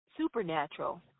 supernatural